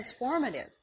transformative